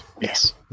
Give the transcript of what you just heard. Yes